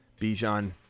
Bijan